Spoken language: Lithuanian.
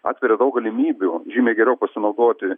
atveria daug galimybių žymiai geriau pasinaudoti